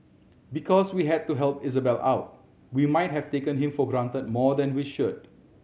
because we had to help Isabelle out we might have taken him for granted more than we should